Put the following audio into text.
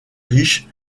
riche